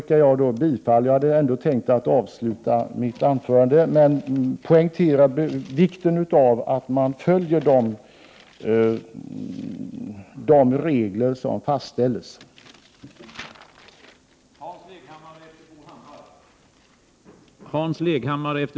Jag hade ändå tänkt att avsluta mitt anförande med att poängtera vikten av att man följer de regler som har fastställts.